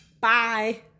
Bye